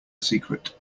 secret